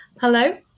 Hello